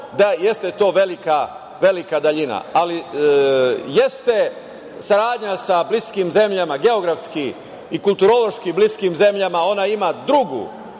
da jeste to velika daljina, ali jeste saradnja sa bliskim zemljama geografski i kulturološki bliskim zemljama, ona ima drugu